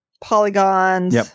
Polygons